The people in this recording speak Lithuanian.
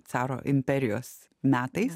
caro imperijos metais